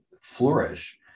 flourish